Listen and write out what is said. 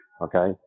Okay